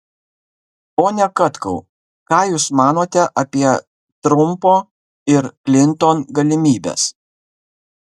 pone katkau ką jūs manote apie trumpo ir klinton galimybes